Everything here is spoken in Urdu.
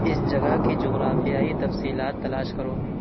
اس جگہ کی جغرافیائی تفصیلات تلاش کرو